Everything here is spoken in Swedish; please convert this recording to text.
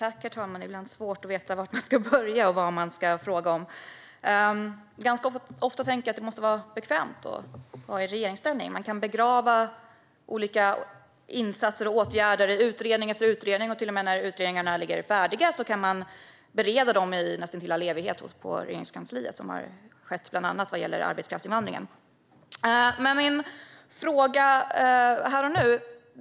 Herr talman! Ibland är det svårt att veta var man ska börja och vad man ska fråga om. Ganska ofta tänker jag att det måste vara bekvämt att vara i regeringsställning. Regeringen kan begrava olika insatser och åtgärder i utredning efter utredning. Till och med när utredningarna ligger färdiga kan de beredas i näst intill all evighet på Regeringskansliet, som skett bland annat vad gäller arbetskraftsinvandringen. Jag har en fråga här och nu.